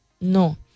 No